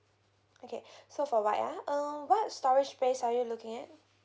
okay so for white ah uh what storage space are you looking at